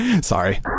Sorry